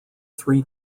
three